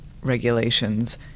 regulations